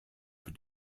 für